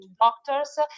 doctors